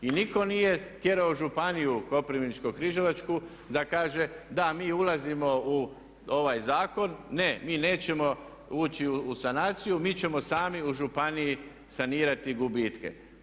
I nitko nije tjerao županiju Koprivničko-križevačku da kaže da mi ulazimo u ovaj zakon, ne mi nećemo ući u sanaciju mi ćemo sami u županiji sanirati gubitke.